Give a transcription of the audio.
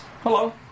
Hello